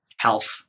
health